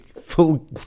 full